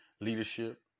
leadership